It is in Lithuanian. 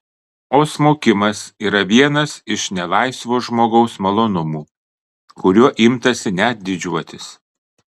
o smukimas yra vienas iš nelaisvo žmogaus malonumų kuriuo imtasi net didžiuotis